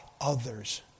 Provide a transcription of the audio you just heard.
others